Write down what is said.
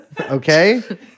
Okay